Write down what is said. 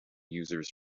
users